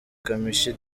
kamichi